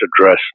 address